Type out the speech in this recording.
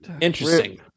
Interesting